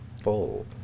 full